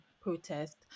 protest